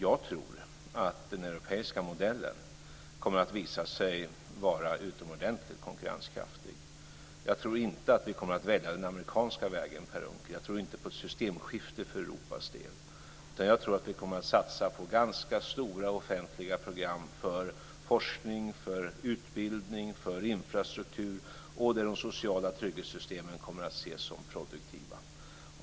Jag tror att den europeiska modellen kommer att visa sig vara utomordentligt konkurrenskraftig men jag tror inte att vi kommer att välja den amerikanska vägen, Per Unckel! Jag tror inte på ett systemskifte för Europas del, utan jag tror att vi kommer att satsa på ganska stora offentliga program för forskning, för utbildning och för infrastruktur och där de sociala trygghetssystemen kommer att ses som produktiva.